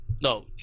no